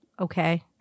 okay